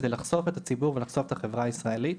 כדי לחשוף את הציבור ולחשוף את החברה הישראלית.